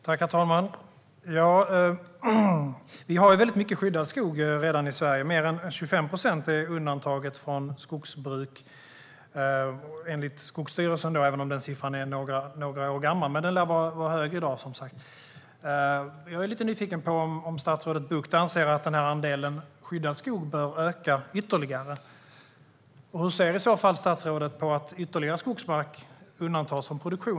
Herr talman! Vi har redan mycket skyddad skog i Sverige. Mer än 25 procent är undantagen från skogsbruk, enligt Skogsstyrelsen. Siffran är några år gammal men lär som sagt vara högre i dag. Jag är lite nyfiken på om statsrådet Bucht anser att andelen skyddad skog bör öka ytterligare. Hur ser han i så fall på att ytterligare skogsmark undantas från produktion?